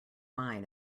mine